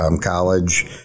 college